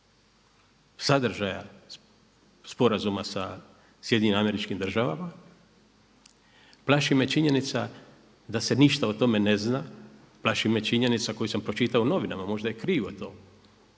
sadržaja sporazuma sa SAD-om. Plaši me činjenica da se ništa o tome ne zna. Plaši me činjenica koju sam pročitao u novinama, možda je krivo to.